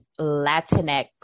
Latinx